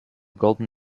golden